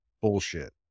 bullshit